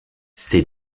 c’est